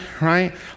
right